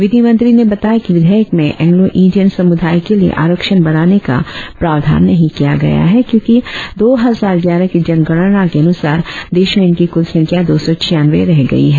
विधि मंत्री ने बताया कि विधेयक में एंग्लों इडियन समुदाय के लिए आरक्षण बढ़ाने का प्रावधान नहीं किया गया है क्योंकि दो हजार ग्यारह की जनगणना के अनुसार देश में इनकी कुल संख्या दो सौ छियानवें रह गई है